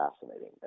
fascinating